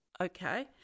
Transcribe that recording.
Okay